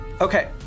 Okay